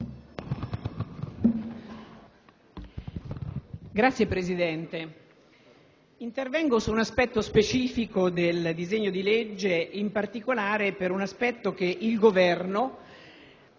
Signora Presidente, intervengo su un aspetto specifico del disegno di legge di ratifica, in particolare su un aspetto che il Governo